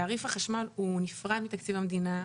תעריף החשמל הוא נפרד מתקציב המדינה,